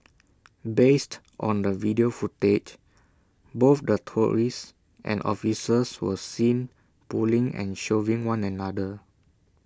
based on the video footage both the tourists and officers were seen pulling and shoving one another